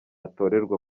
atorerwa